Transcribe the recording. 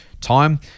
time